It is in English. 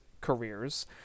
careers